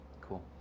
Cool